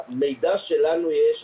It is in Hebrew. המידע שלנו יש,